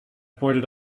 pointed